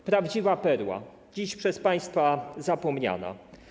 To prawdziwa perła, dziś przez państwa zapomniana.